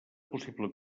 possible